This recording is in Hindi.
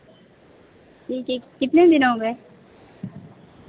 ठीक है कितने दिन हो गए